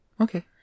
Okay